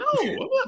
no